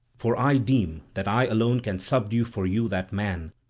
for i deem that i alone can subdue for you that man,